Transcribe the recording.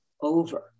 over